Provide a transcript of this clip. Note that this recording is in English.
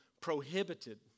prohibited